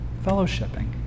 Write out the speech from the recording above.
fellowshipping